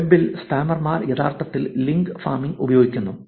വെബിൽ സ്പാമർമാർ യഥാർത്ഥത്തിൽ link farming ഉപയോഗിക്കുന്നു